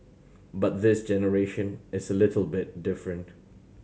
but this generation it's a little bit different